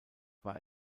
war